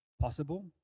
possible